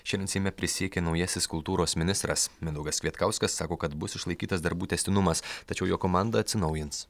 šiandien seime prisiekė naujasis kultūros ministras mindaugas kvietkauskas sako kad bus išlaikytas darbų tęstinumas tačiau jo komanda atsinaujins